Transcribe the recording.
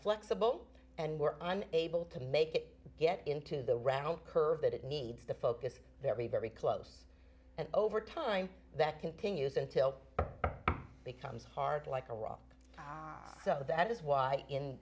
flexible and we're able to make it get into the rann don't curve that it needs to focus very very close and over time that continues until becomes hard like a rock so that is why in